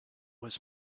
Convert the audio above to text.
was